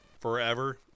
forever